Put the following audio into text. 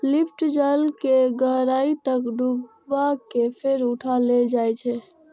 lift जाल कें गहराइ तक डुबा कें फेर उठा लेल जाइ छै